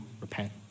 repent